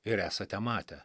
ir esate matę